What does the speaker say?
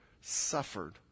suffered